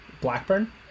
Blackburn